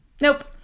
Nope